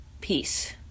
peace